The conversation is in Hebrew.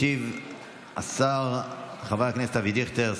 ישיב השר חבר הכנסת אבי דיכטר,